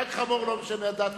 רק חמור לא משנה את דעתו.